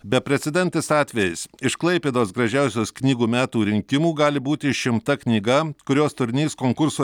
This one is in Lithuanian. beprecedentis atvejis iš klaipėdos gražiausios knygų metų rinkimų gali būti išimta knyga kurios turinys konkurso